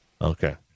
Okay